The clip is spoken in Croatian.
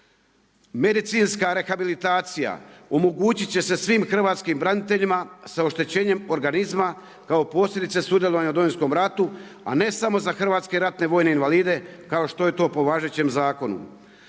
Medicinska rehabilitacija omogućit će se svim hrvatskim braniteljima sa oštećenjem organizma kao posljedica sudjelovanja u Domovinskom ratu, a ne samo za hrvatske ratne vojne invalide kao što je to po važećem zakonu.